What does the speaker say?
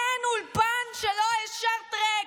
אין אולפן שלא השארת ריק.